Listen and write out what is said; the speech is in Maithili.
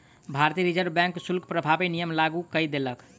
भारतीय रिज़र्व बैंक शुल्क प्रभावी नियम लागू कय देलक